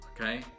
Okay